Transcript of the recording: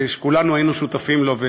שכולנו היינו שותפים לו.